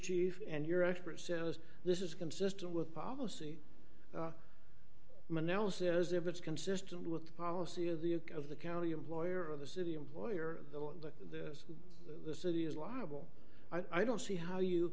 chief and your expert says this is consistent with policy monella says if it's consistent with the policy of the of the county employer of the city employer the city is liable i don't see how you